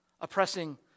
oppressing